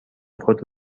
خود